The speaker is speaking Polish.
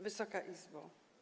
Wysoka Izbo!